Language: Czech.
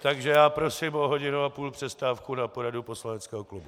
Takže prosím o hodinu a půl přestávku na poradu poslaneckého klubu.